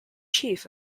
chief